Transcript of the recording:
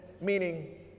Meaning